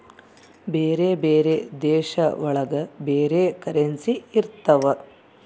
ಬೇರೆ ಬೇರೆ ದೇಶ ಒಳಗ ಬೇರೆ ಕರೆನ್ಸಿ ಇರ್ತವ